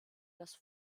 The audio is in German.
das